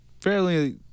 fairly